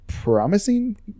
promising